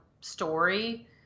story